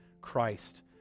Christ